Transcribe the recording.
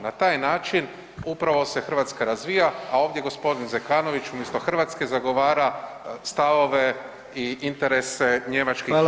Na taj način upravo se Hrvatska razvija, a ovdje g. Zekanović umjesto Hrvatske zagovara stavove i interese njemačkih i…